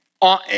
on